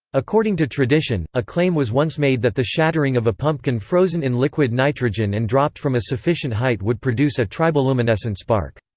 according to tradition, a claim was once made that the shattering of a pumpkin frozen in liquid nitrogen and dropped from a sufficient height would produce a triboluminescent spark.